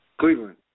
Cleveland